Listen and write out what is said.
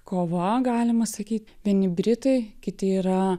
kova galima sakyt vieni britai kiti yra